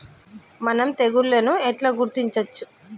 మనం తెగుళ్లను ఎట్లా గుర్తించచ్చు?